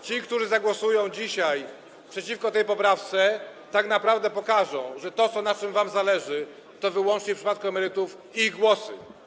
Ci, którzy zagłosują dzisiaj przeciwko tej poprawce, tak naprawdę pokażę, że to, na czym wam zależy, to wyłącznie w przypadku emerytów głosy.